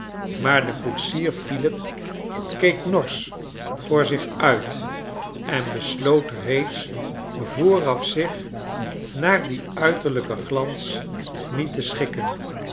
maar de koetsier philip keek norsch voor zich uit en besloot reeds vooraf zich naar dien uiterlijken glans niet te schikken